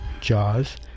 Jaws